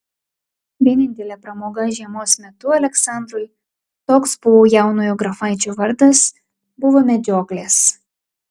vienintelė pramoga žiemos metu aleksandrui toks buvo jaunojo grafaičio vardas buvo medžioklės